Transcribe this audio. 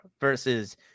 versus